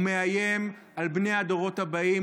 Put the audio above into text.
הוא מאיים על בני הדורות הבאים,